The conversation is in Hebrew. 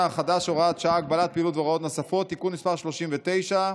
החדש (הוראת שעה) (הגבלת פעילות והוראות נוספות) (תיקון מס' 39),